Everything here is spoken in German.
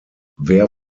wer